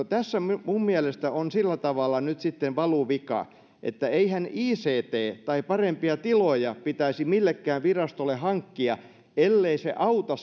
tässä minun mielestäni on sillä tavalla valuvika että eihän icttä tai parempia tiloja pitäisi millekään virastolle hankkia ellei se auta